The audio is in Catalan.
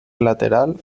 lateral